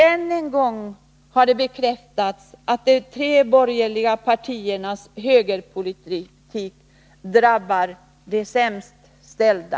Än en gång har det bekräftats att de tre borgerliga partiernas högerpolitik drabbar de sämst ställda.